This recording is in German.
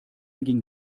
ging